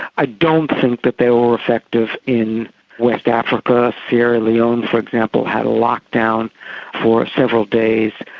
i don't think that they were effective in west africa. sierra leone for example had a lock-down for several days,